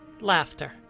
laughter